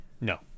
No